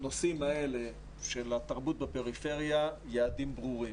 בנושאים האלה של התרבות בפריפריה, יעדים ברורים.